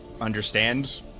understand